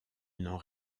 n’en